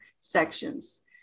sections